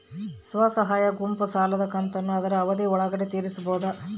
ಸ್ವಸಹಾಯ ಗುಂಪು ಸಾಲದ ಕಂತನ್ನ ಆದ್ರ ಅವಧಿ ಒಳ್ಗಡೆ ತೇರಿಸಬೋದ?